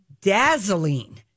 dazzling